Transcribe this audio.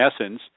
essence